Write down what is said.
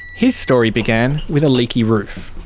his story began with a leaky roof.